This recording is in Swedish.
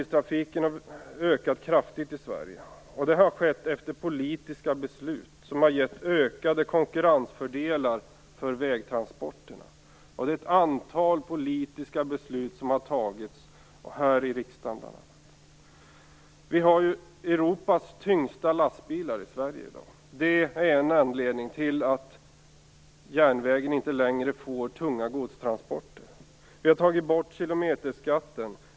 Sverige. Det har skett efter politiska beslut som har gett ökade konkurrensfördelar för vägtransporterna. Ett antal politiska beslut har fattats bl.a. här i riksdagen. Vi har i Sverige i dag Europas tyngsta lastbilar. Det är en anledning till att järnvägen inte längre får tunga godstransporter. Vi har tagit bort kilometerskatten.